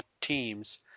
teams